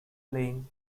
playing